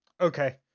okay